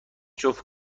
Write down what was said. جفت